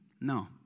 No